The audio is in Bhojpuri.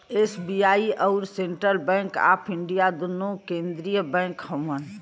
एस.बी.आई अउर सेन्ट्रल बैंक आफ इंडिया दुन्नो केन्द्रिय बैंक हउअन